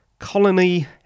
Colony